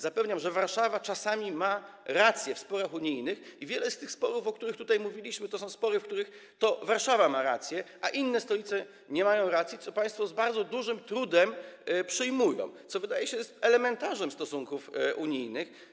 Zapewniam, że Warszawa czasami ma rację w sporach unijnych i wiele z tych sporów, o których mówiliśmy, to są spory, w których to Warszawa ma rację, a inne stolice nie mają racji, co państwo z bardzo dużym trudem przyjmują, co - jak się wydaje - jest elementarzem stosunków unijnych.